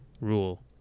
rule